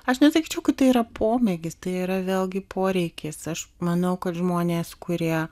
aš nesakyčiau kad tai yra pomėgis tai yra vėlgi poreikis aš manau kad žmonės kurie